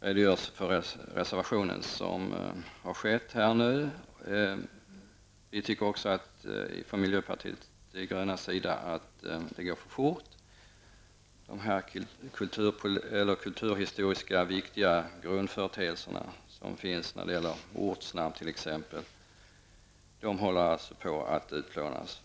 redogörelse för reservationen som har givits nu. Miljöpartiet de gröna tycker också att det går för fort. Dessa kulturhistoriskt viktiga grundföreteelser som finns i ortnamnen håller på att utplånas.